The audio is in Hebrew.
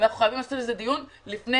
אנחנו חייבים לעשות על זה דיון לפני